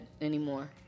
anymore